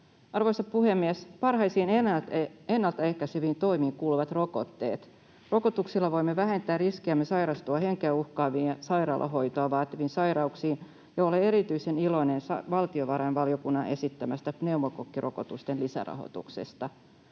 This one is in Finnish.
Arvoisa puhemies! Parhaisiin ennaltaehkäiseviin toimiin kuuluvat rokotteet. Rokotuksilla voimme vähentää riskiämme sairastua henkeä uhkaaviin ja sairaalahoitoa vaativiin sairauksiin, ja olen erityisen iloinen valtiovarainvaliokunnan esittämästä pneumokokkirokotusten lisärahoituksesta.